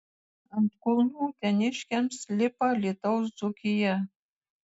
ant kulnų uteniškiams lipa alytaus dzūkija